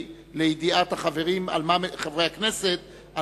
התשס"ט 2009,